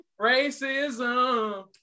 racism